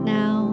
now